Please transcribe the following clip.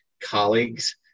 colleagues